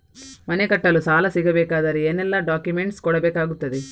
ಮನೆ ಕಟ್ಟಲು ಸಾಲ ಸಿಗಬೇಕಾದರೆ ಏನೆಲ್ಲಾ ಡಾಕ್ಯುಮೆಂಟ್ಸ್ ಕೊಡಬೇಕಾಗುತ್ತದೆ?